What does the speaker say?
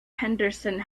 henderson